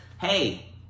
hey